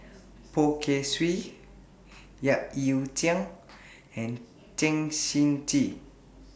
Poh Kay Swee Yap Ee Chian and Chen Shiji